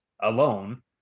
alone